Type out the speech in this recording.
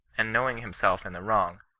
and knowing himself in the wrong,